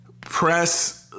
press